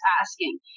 asking